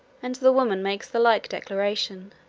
and the woman makes the like declaration.